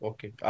Okay